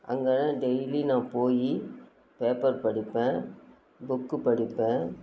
அங்கே தான் நான் டெய்லி நான் போய் பேப்பர் படிப்பேன் புக்கு படிப்பேன்